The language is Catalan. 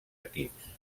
equips